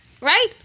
Right